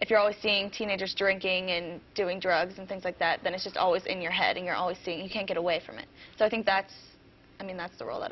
if you're always seeing teenagers drinking and doing drugs and things like that then it's just always in your head and you're always seeing can't get away from it so i think that's i mean that's the rule